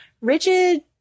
rigid